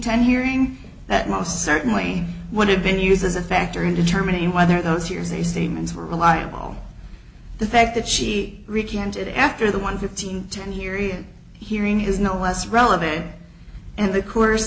ten hearing that most certainly would have been used as a factor in determining whether those years the statements were reliable the fact that she recanted after the one fifteen ten year hearing is no less relevant and the co